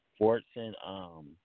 Fortson